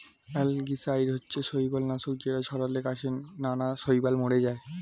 algicide হচ্ছে শৈবাল নাশক যেটা ছড়ালে গাছে নানা শৈবাল মরে যায়